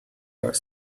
were